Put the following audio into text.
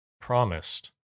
Promised